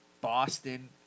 Boston